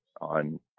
on